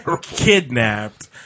kidnapped